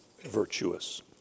virtuous